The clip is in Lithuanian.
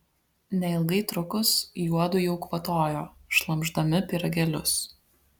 neilgai trukus juodu jau kvatojo šlamšdami pyragėlius